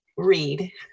Read